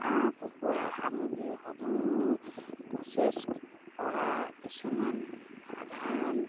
হাঁহ কুকুৰা সামগ্ৰীসমূহ প্ৰচেছ কৰা কিছুমান সাধাৰণ